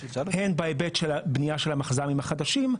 הן בהיבט של בנייה של המחז"מים החדשים,